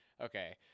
Okay